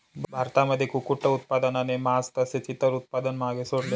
भारतामध्ये कुक्कुट उत्पादनाने मास तसेच इतर उत्पादन मागे सोडले